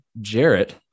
Jarrett